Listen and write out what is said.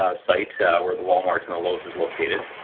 ah site where the walmart in the lowe's is located.